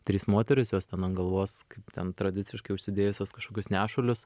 trys moterys jos ten ant galvos kaip ten tradiciškai užsidėjusios kažkokius nešulius